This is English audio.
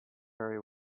very